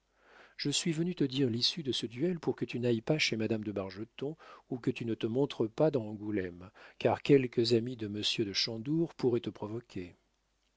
je suis venue te dire l'issue de ce duel pour que tu n'ailles pas chez madame de bargeton ou que tu ne te montres pas dans angoulême car quelques amis de monsieur de chandour pourraient te provoquer